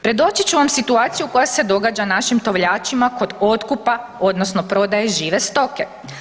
Predočit ću vam situaciju koja se događa našim tovljačima kod otkupa odnosno prodaje žive stoke.